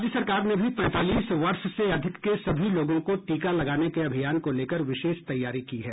राज्य सरकार ने भी पैंतालीस वर्ष से अधिक के सभी लोगों को टीका लगाने के अभियान को लेकर विशेष तैयारी की है